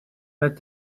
that